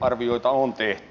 arvioita on tehty